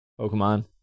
Pokemon